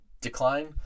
decline